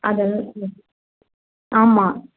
அது வந்து ஆமாம்